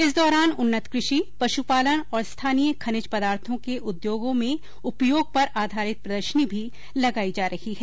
इस दौरान उन्नत कृषि पश्पालन और स्थानीय खनिज पदार्थों के उद्योगों में उपयोग पर आधारित प्रदर्शनी भी लगाई जा रही है